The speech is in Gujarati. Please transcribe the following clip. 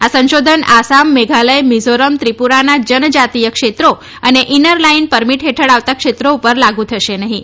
આ સંશોધન આસામ મેઘાલય મિઝોરમ ત્રિપુરાના જનજાતીય ક્ષેત્રો અને ઈનર લાઈન પરમીટ હેઠળ આવતા ક્ષેત્રો પર લાગુ થશે નહીં